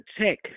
check